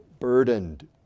burdened